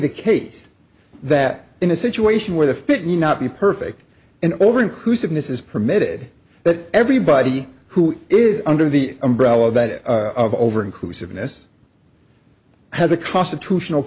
the case that in a situation where the fit need not be perfect and over inclusiveness is permitted that everybody who is under the umbrella bit of over inclusiveness has a constitutional